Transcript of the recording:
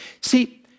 See